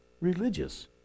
religious